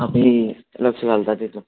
आमी लक्ष घालता तेतून